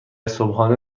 صبحانه